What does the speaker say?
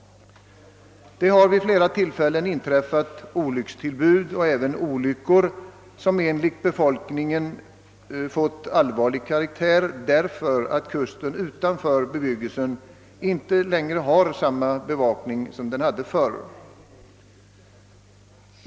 Det har vid flera tillfällen inträffat olyckstillbud och även olyckor, som enligt befolkningen fått allvarigare karaktär därför att kusten utanför bebyggelsen inte längre har samma bevakning som förr.